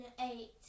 eight